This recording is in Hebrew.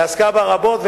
ועסקה בה רבות,